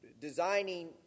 designing